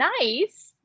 nice